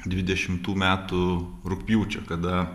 dvidešimtų metų rugpjūčio kada